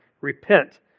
repent